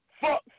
fuck